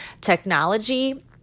technology